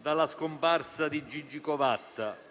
dalla scomparsa di Gigi Covatta: